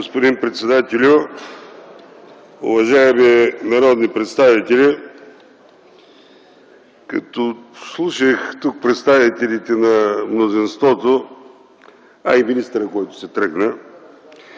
Господин председателю, уважаеми народни представители! Като слушах тук представителите на мнозинството, а и министъра, който си тръгна,